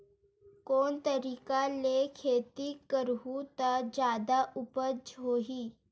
कोन तरीका ले खेती करहु त जादा उपज होही?